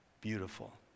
beautiful